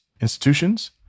institutions